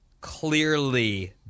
clearly